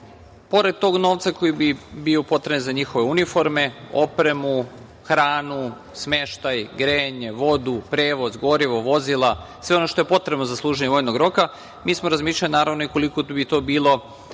pored tog novca koji bi bio potreban za njihove uniforme, opremu, hranu smeštaj, grejanje, vodu, prevoz, gorivo, vozila, sve ono što je potrebno za služenje vojnog roka, mi smo razmišljali naravno i koliko bi to bilo